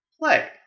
play